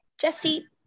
Jesse